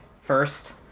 first